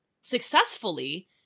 successfully